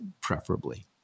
preferably